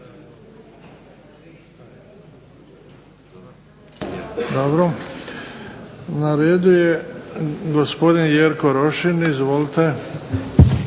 Dobro. Na redu je gospodin Jerko Rošin, izvolite.